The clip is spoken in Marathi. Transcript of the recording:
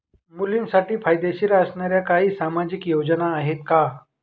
मुलींसाठी फायदेशीर असणाऱ्या काही सामाजिक योजना आहेत का?